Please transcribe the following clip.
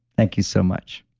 thank you so much.